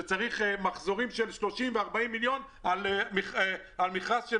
שצריך מחזורים של 30 ו-40 מיליון על מכרז של